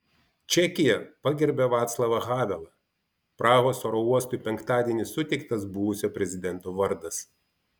čekija pagerbia vaclavą havelą prahos oro uostui penktadienį suteiktas buvusio prezidento vardas